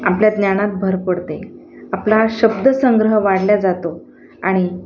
आपल्या ज्ञानात भर पडते आपला शब्द संग्रह वाढल्या जातो आणि